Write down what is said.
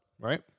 right